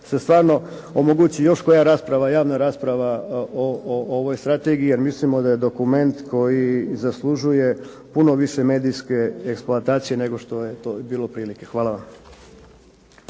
se stvarno omogući još koja javna rasprava o ovoj strategiji jer mislimo da je dokument koji zaslužuje puno više medijske eksploatacije nego što je to bilo prije. Hvala vam.